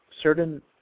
certain